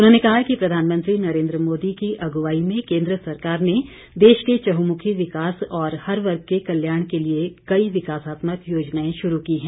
उन्होंने कहा कि प्रधानमंत्री नरेन्द्र मोदी की अगुवाई में केंद्र सरकार ने देश के चहुंमुखी विकास और हर वर्ग के कल्याण के लिए कई विकासात्मक योजनाएं शुरू की है